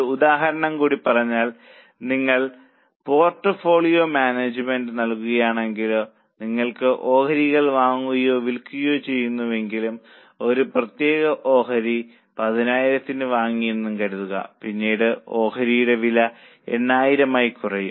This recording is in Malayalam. ഒരു ഉദാഹരണം കൂടി പറഞ്ഞാൽ നിങ്ങൾ പോർട്ട്ഫോളിയോ മാനേജ്മെന്റ് നടത്തുകയാണെങ്കിലോ നിങ്ങൾ ഓഹരികൾ വാങ്ങുകയും വിൽക്കുകയും ചെയ്യുന്നുവെന്നും ഒരു പ്രത്യേക ഓഹരി 1000 ന് വാങ്ങിയെന്നും കരുതുക പിന്നീട് ഓഹരിയുടെ വില 800 ആയി കുറയും